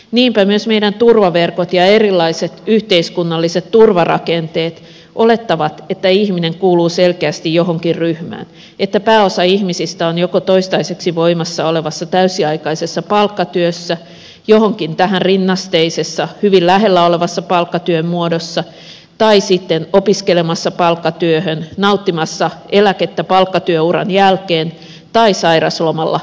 niinpä myös meidän turvaverkkomme ja erilaiset yhteiskunnalliset turvarakenteemme olettavat että ihminen kuuluu selkeästi johonkin ryhmään että pääosa ihmisistä on joko toistaiseksi voimassa olevassa täysiaikaisessa palkkatyössä jossakin tähän rinnasteisessa tätä hyvin lähellä olevassa palkkatyömuodossa tai sitten opiskelemassa palkkatyöhön nauttimassa eläkettä palkkatyöuran jälkeen tai sairauslomalla palkkatyöstä